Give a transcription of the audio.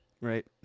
Right